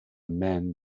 men